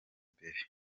imbere